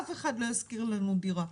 אף אחד לא ישכיר לנו דירה,